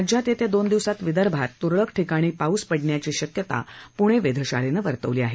राज्यात येत्या दोन दिवसात विदर्भात तुरळक ठिकाणी पाऊस पडण्याची शक्यता पुणे वेधशाळेनं वर्तवली आहे